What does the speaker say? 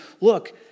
look